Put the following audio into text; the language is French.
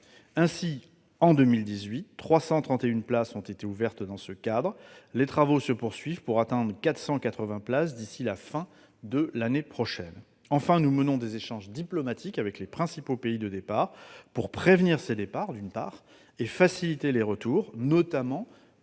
En 2018, 331 places ont été ouvertes dans ce cadre ; les travaux se poursuivent pour atteindre 480 places d'ici à la fin de l'année prochaine. Enfin, nous menons des échanges diplomatiques avec les principaux pays de provenance, pour prévenir les départs et faciliter les retours, notamment par la